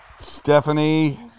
Stephanie